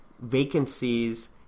vacancies